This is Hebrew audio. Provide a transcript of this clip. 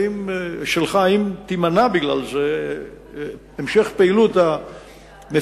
אם תימנע בגלל זה המשך פעילות המפיקים